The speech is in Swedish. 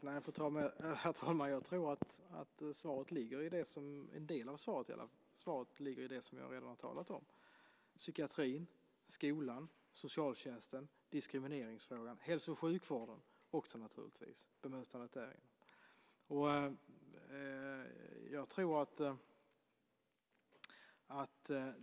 Herr talman! Jag tror att en del av svaret ligger i det som jag redan har talat om: psykiatrin, skolan, socialtjänsten, diskrimineringsfrågan, hälso och sjukvården också naturligtvis och bemötandet där.